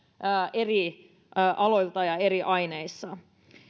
eri aloilta ja eri aineissa